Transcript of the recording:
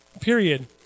Period